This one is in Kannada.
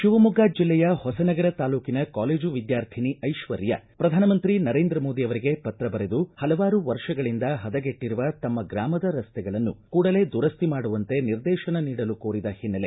ಶಿವಮೊಗ್ಗ ಜಿಲ್ಲೆಯ ಹೊಸನಗರ ತಾಲೂಕಿನ ಕಾಲೇಜು ವಿದ್ಯಾರ್ಥಿನಿ ಐಶ್ವರ್ಯಾ ಪ್ರಧಾನಮಂತ್ರಿ ನರೇಂದ್ರ ಮೋದಿ ಅವರಿಗೆ ಪತ್ರ ಬರೆದು ಪಲವಾರು ವರ್ಷಗಳಿಂದ ಪದಗೆಟ್ಟಿರುವ ತಮ್ಮ ಗ್ರಾಮದ ರಸ್ತೆಗಳನ್ನು ಕೂಡಲೇ ದುರಸ್ತಿ ಮಾಡುವಂತೆ ನಿರ್ದೇಶನ ನೀಡಲು ಕೋರಿದ ಹಿನ್ನೆಲೆ